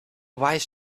wise